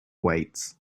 weights